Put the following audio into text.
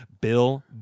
Bill